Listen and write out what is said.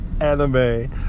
anime